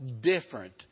different